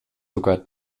sogar